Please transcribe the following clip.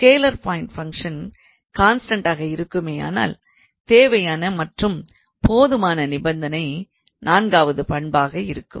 scalar point function கான்ஸ்டண்டாக இருக்குமேயானால் தேவையான மற்றும் போதுமான நிபந்தனை நான்காவது பண்பாக இருக்கும்